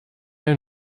ein